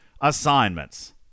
assignments